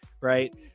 Right